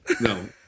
no